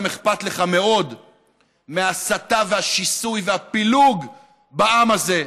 גם אכפת לך מאוד מההסתה והשיסוי והפילוג בעם הזה,